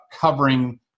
covering